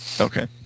Okay